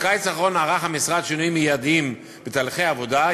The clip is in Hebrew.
בקיץ האחרון ערך המשרד שינויים מיידיים בתהליכי העבודה.